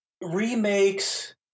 remakes